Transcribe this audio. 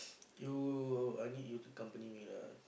you I need you to accompany me lah